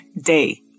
day